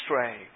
stray